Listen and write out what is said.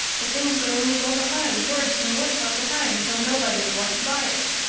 but things would only go behind worse and worse all the time, till nobody would want to buy it.